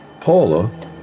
Paula